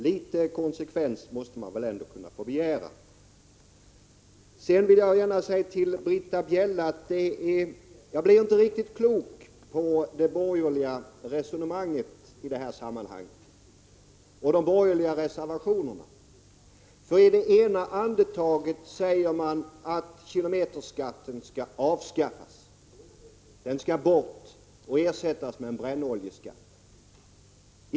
Litet konsekvens måste man väl ändå kunna begära: Sedan vill jag gärna säga till Britta Bjelle att jag inte blev riktigt klok på det borgerliga resonemanget i detta sammanhang och i de borgerliga reservationerna. I det ena andetaget säger man att kilometerskatten skall avskaffas. Den skall bort och ersättas med en brännoljeskatt.